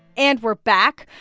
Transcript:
and we're back.